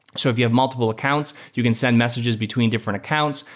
so if you have multiple accounts, you can send messages between different accounts,